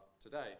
today